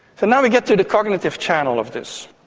so now we get to the cognitive channel of this.